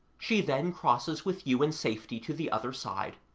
she then crosses with you in safety to the other side.